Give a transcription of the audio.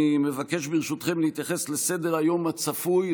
אני מבקש ברשותכם להתייחס לסדר-היום הצפוי,